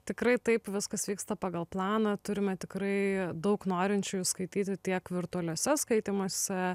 tikrai taip viskas vyksta pagal planą turime tikrai daug norinčių skaityti tiek virtualiuose skaitymuose